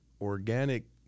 organic